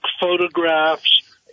photographs